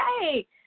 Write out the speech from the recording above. hey